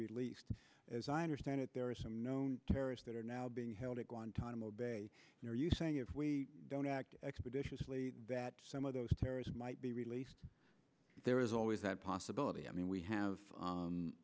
released as i understand it there are some known terrorists that are now being held at guantanamo bay are you saying if we don't act expeditiously that some of those terrorists might be released there is always that possibility i mean we have